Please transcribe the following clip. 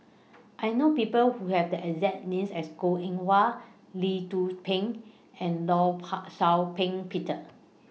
I know People Who Have The exact name as Goh Eng Wah Lee Tzu Pheng and law Paw Shau Ping Peter